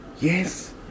Yes